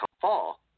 fall